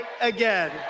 again